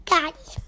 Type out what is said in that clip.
Daddy